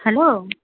hello